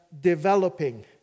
developing